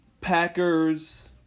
Packers